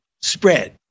spread